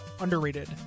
underrated